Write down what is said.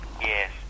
Yes